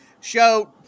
show